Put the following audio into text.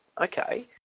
okay